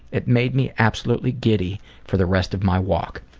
it made me absolutely giddy for the rest of my walk.